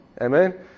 Amen